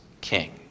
king